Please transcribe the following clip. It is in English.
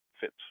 fits